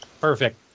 Perfect